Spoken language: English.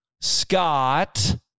Scott